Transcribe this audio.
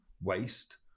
waste